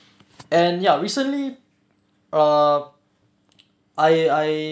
and ya recently uh I I